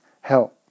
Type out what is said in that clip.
help